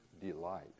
delight